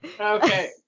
Okay